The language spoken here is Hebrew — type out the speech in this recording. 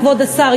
כבוד השר,